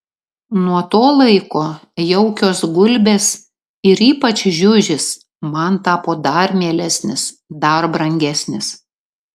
nuo to laiko jaukios gulbės ir ypač žiužis man tapo dar mielesnis dar brangesnis